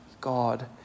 God